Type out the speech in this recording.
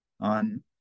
On